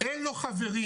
אין לו חברים,